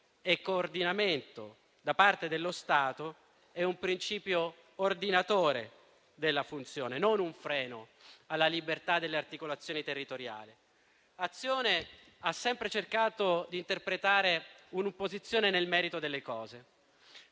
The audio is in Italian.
e coordinamento da parte dello Stato è un principio ordinatore della funzione, non un freno alla libertà delle articolazioni territoriali. Il Gruppo Azione ha sempre cercato di interpretare un'opposizione nel merito delle cose.